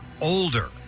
older